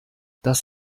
das